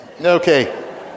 Okay